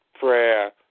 prayer